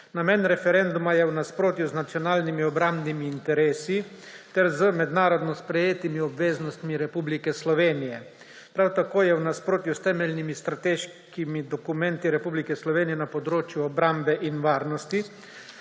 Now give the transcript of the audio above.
Namen referenduma je v nasprotju z nacionalnimi obrambnimi interesi ter z mednarodno sprejetimi obveznostmi Republike Slovenije. Prav tako je v nasprotju s temeljnimi strateškimi dokumenti Republike Slovenje na področju obrambe in varnosti.